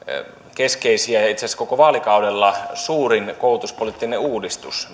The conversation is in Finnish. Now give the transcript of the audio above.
keskeisiä ja itse asiassa koko vaalikaudella suurin koulutuspoliittinen uudistus